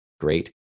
great